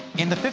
in the